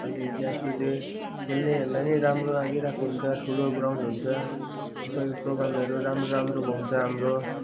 अनि त्यसपछि खेल्नेहरूलाई नै राम्रो लागिरहेको हुन्छ ठुलो ग्राउन्ड हुन्छ जसमा कि प्रोग्रामहरू राम्रो राम्रो हाम्रो